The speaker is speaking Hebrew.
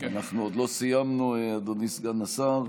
עוד לא סיימנו, אדוני סגן השר.